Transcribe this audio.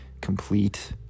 complete